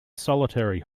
solitary